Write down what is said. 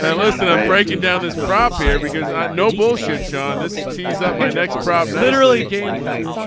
and listen i'm breaking down this prop here because no bullshit show on this tees up my next prop no literally game film